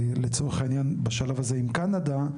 לצורך העניין בשלב הזה עם קנדה,